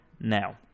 now